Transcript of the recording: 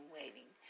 waiting